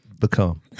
become